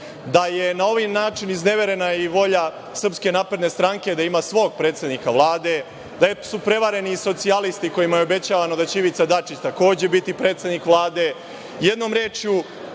da je na ovaj način izneverena i volja Srpske napredne stranke da ima svog predsednika Vlade, da su prevareni socijalisti kojima je obećavano da će Ivica Dačić takođe biti predsednik Vlade, itd. Jednom rečju,